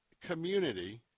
community